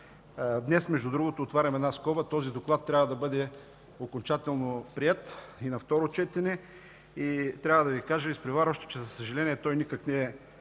Днес, между другото, отварям скоба, този доклад трябва да бъде окончателно приет и на второ четене. Трябва да Ви кажа изпреварващо, че, за съжаление, той никак не е